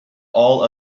all